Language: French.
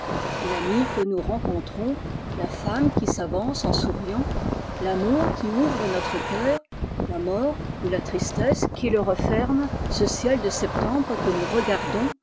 l'ami que nous rencontrons la femme qui s'avance en souriant tamour qui ouvre notre cœur la mort ou la tristesse qui le referment ce ciel de septembre que nous regardons